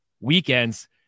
weekends